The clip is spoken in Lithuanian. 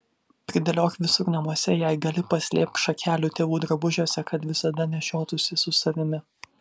pridėliok visur namuose jei gali paslėpk šakelių tėvų drabužiuose kad visada nešiotųsi su savimi